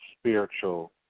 spiritual